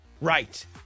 Right